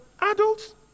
adults